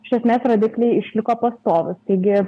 iš esmės rodikliai išliko pastovūs taigi